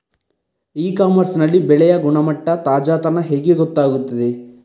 E commerce ನಲ್ಲಿ ಬೆಳೆಯ ಗುಣಮಟ್ಟ, ತಾಜಾತನ ಹೇಗೆ ಗೊತ್ತಾಗುತ್ತದೆ?